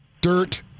Dirt